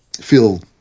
feel